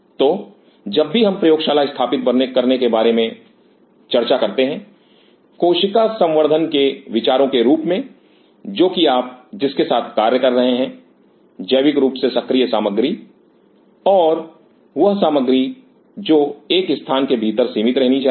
तो जब भी हमने प्रयोगशाला स्थापित करने के बारे में चर्चा की कोशिका संवर्धन के विचारों के रूप में जो कि आप जिसके साथ कार्य कर रहे हैं जैविक रूप से सक्रिय सामग्री और वह सामग्री जो एक स्थान के भीतर सीमित रहनी चाहिए